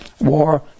War